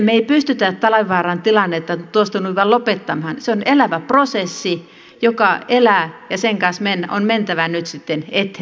me emme pysty talvivaaran tilannetta tuosta noin vain lopettamaan se on elävä prosessi joka elää ja sen kanssa on mentävä nyt sitten eteenpäin